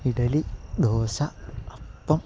ഇഡലി ദോശ അപ്പം